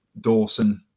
Dawson